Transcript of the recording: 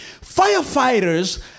Firefighters